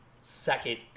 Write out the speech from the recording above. second